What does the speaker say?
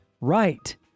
right